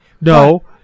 No